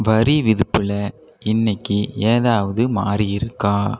வரி விதிப்பில் இன்னக்கு ஏதாவது மாறியிருக்கா